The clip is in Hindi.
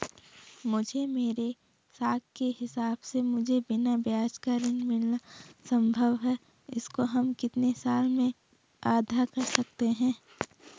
मुझे मेरे साख के हिसाब से मुझे बिना ब्याज का ऋण मिलना संभव है इसको हम कितने साल में अदा कर सकते हैं?